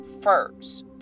first